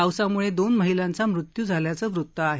पावसामुळे दोन महिलांचा मृत्यू झाल्याचं वृत्त आहे